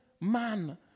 man